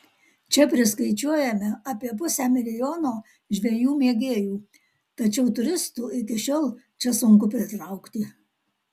čia priskaičiuojame apie pusę milijono žvejų mėgėjų tačiau turistų iki šiol čia sunku pritraukti